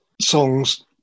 songs